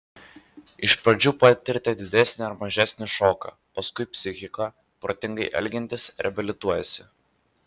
iš pradžių patiriate didesnį ar mažesnį šoką paskui psichika protingai elgiantis reabilituojasi